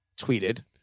tweeted